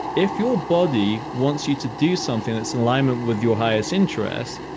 if your body wants you to do something that's in alignment with your highest interest,